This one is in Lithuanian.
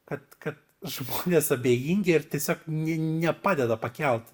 kad kad žmonės abejingi ir tiesiog ne nepadeda pakelt